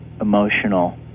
emotional